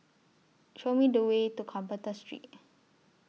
Show Me The Way to Carpenter Street